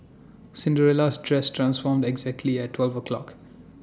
Cinderella's dress transformed exactly at twelve o' clock